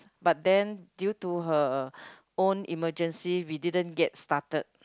but then due to her own emergency we didn't get started